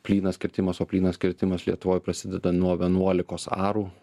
plynas kirtimas o plynas kirtimas lietuvoj prasideda nuo vienuolikos arų